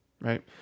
right